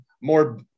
more